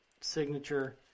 signature